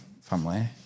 family